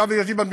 למיטב ידיעתי,